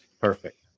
Perfect